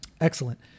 Excellent